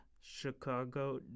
Chicago